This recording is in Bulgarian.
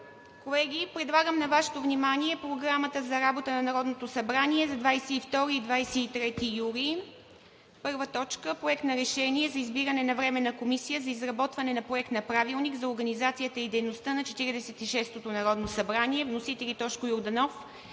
Колеги, предлагам на Вашето внимание Програмата за работа на Народното събрание за 22 и 23 юли 2021 г.: „1. Проект на решение за избиране на Временна комисия за изработване на проект на Правилник за организацията и дейността на Четиридесет и шестото народно събрание. Вносители – Тошко Йорданов